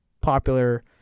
popular